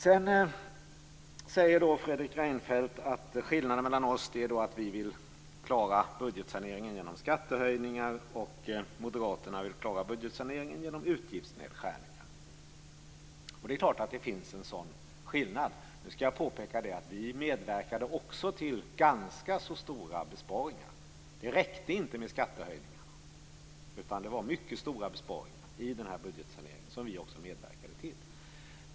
Fredrik Reinfeldt säger att skillnaden mellan oss är att vi vill klara budgetsaneringen genom skattehöjningar medan moderaterna vill klara budgetsaneringen genom utgiftsnedskärningar. Det är klart att det finns en sådan skillnad. Nu skall jag påpeka att vi också medverkade till ganska stora besparingar. Det räckte inte med skattehöjningarna, utan det var mycket stora besparingar i den budgetsanering som vi också medverkade till.